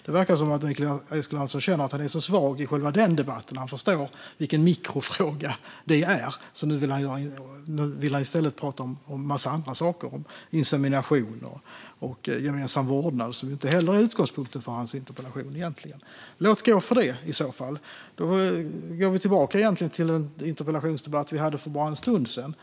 Det verkar som att Mikael Eskilandersson känner att han är så svag i själva debatten och förstår vilken mikrofråga det är att han nu i stället vill prata om en massa andra saker, som insemination och gemensam vårdnad, som egentligen inte heller är utgångspunkten i hans interpellation. Men låt gå för det. Vi kan gå tillbaka till den interpellationsdebatt som vi hade bara för en stund sedan.